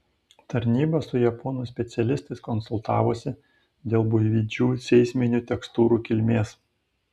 tarnyba su japonų specialistais konsultavosi dėl buivydžių seisminių tekstūrų kilmės